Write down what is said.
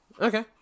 Okay